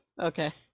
Okay